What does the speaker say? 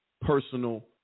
personal